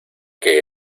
que